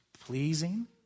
pleasing